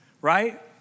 right